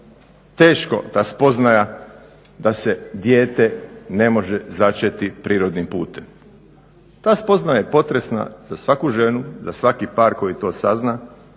teška ta spoznaja da se dijete ne može začeti prirodnim putem. Ta spoznaja je potresna za svaku ženu, za svaki par koji to sazna,